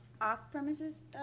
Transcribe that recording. off-premises